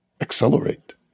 accelerate